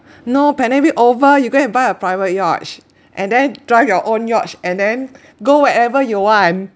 no pandemic over you go and buy a private yacht and then drive your own yacht and then go wherever you want